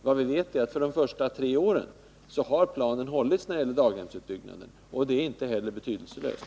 Vad vi vet är att planen för de första tre åren har hållits när det gäller daghemsutbyggnaden, och det är inte heller betydelselöst.